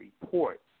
report